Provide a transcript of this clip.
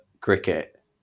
cricket